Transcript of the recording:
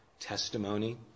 testimony